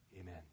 amen